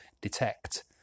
detect